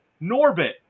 Norbit